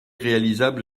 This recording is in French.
réalisable